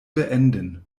beenden